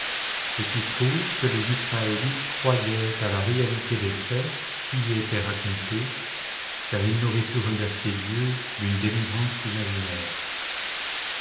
ce qui prouve que les israélites croyaient à la réalité des faits qui y étaient racontés car ils n'auraient pu remercier dieu d'une délivrance imaginaire